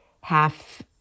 half